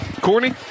Courtney